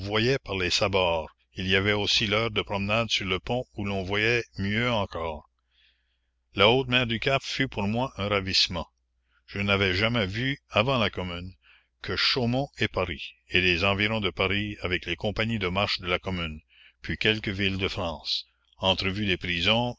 par les sabords il y avait aussi l'heure de promenade sur le pont où l'on voyait mieux encore la haute mer du cap fut pour moi un ravissement je n'avais jamais vu avant la commune que chaumont et paris et les environs de paris avec les compagnies de marche de la commune puis quelques villes de france entrevues des prisons